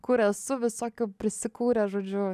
kur esu visokių prisikūrę žodžiu